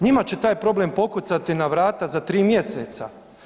Njima će taj problem pokucati na vrata za 3 mjeseca.